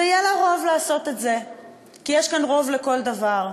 ויהיה לה רוב לעשות את זה כי יש כאן רוב לכל דבר.